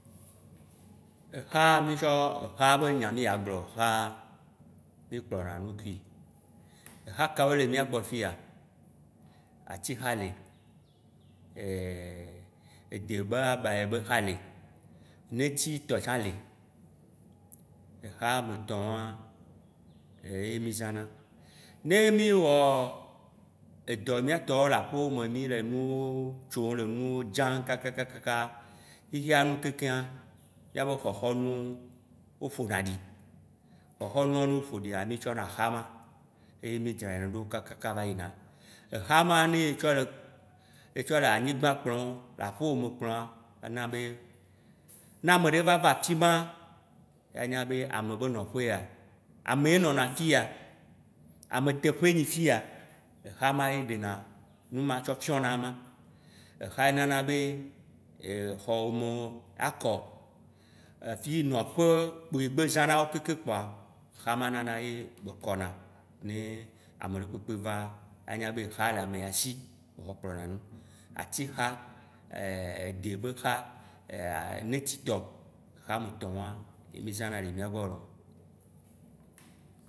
Exa, mitsɔ. exa be nya mì dza gblɔ̃, exa mì kplɔna nu kui. Exa ka woe le miagbɔ fiya? Atixa le, ede be abaya be xa le, neti tɔ tsã le, exa ametɔ̃ wã ye mì zãna. Ne mí wɔ edɔ mìatɔwo le aƒeme, mì le nuwo tsom, mì le nuwo dzãm kakakakaka xixeanu keŋkeŋa, miabe xɔxɔnuwo wo ƒona ɖi, xɔxɔnuawoa, ne wo ƒoɖia, mì tsɔna exa ma ye mì dzrenɛ ɖo kakaka va yi na. Exa ma, ne ye tsɔ le anyigbã kplɔm, le aƒe wò me kplɔm, ana be ne ameɖe va va afima, anya be, ame be nɔƒe ye ya. Ame ye nɔna fiya, ameteƒe nyi fiya, exa ma ye ɖena nu ma tsɔ fiɔna ye ma. Exa ye nana be xɔ wo me akɔ, fiyi nɔƒe kpo yi gbe zãna wo keŋkŋ kpoa exa ma ye nana be kɔna ne ameɖekpekpe va, anya be exa le ame ya si be tsɔ pklɔna nu. Atixa, de be xa, neti tɔ exa ame etɔ̃ ma ye mì zãna le miagbɔ loo.